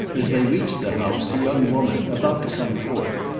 as they reached the house a young woman, about to come forth,